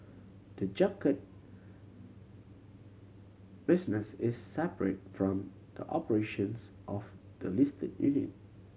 the junket business is separate from the operations of the listed unit